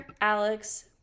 Alex